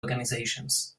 organisations